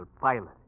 pilot